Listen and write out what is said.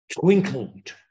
twinkled